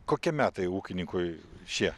kokie metai ūkininkui šie